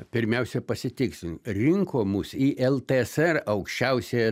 pirmiausia pasitikslint rinko mus į ltsr aukščiausiąją